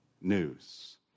news